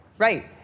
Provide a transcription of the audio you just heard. Right